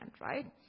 right